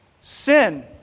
Sin